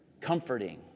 comforting